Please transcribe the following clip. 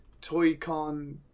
toy-con